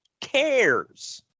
cares